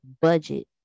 budget